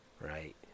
right